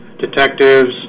detectives